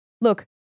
look